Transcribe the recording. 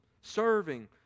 serving